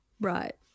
Right